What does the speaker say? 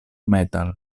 metal